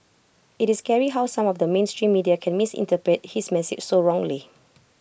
IT is scary how some of the mainstream media can misinterpret his message so wrongly